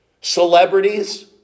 Celebrities